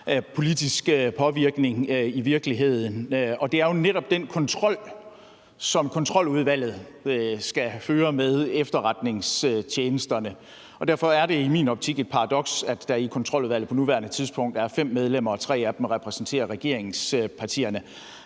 politisk påvirkning. Det er netop den kontrol, som Kontroludvalget skal føre med efterretningstjenesterne, og derfor er det i min optik et paradoks, at der i Kontroludvalget på nuværende tidspunkt er 5 medlemmer, og at 3 af dem repræsenterer regeringspartierne.